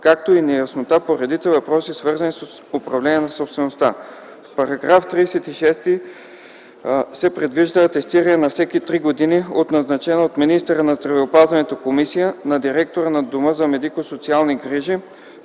както и неяснота по редица въпроси, свързани с управление на собствеността. Параграф 36 предвижда атестиране на всеки три години, от назначена от министъра на здравеопазването комисия, на директора на дома за медико-социални грижи,